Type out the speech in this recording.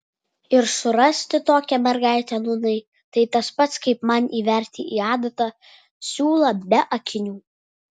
ir surasti tokią mergaitę nūnai tai tas pats kaip man įverti į adatą siūlą be akinių